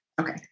Okay